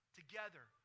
Together